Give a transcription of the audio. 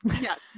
Yes